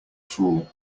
fool